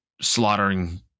slaughtering